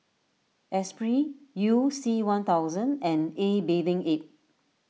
Esprit You C one thousand and A Bathing Ape